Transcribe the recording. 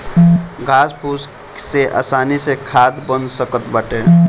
घास फूस से आसानी से खाद बन सकत बाटे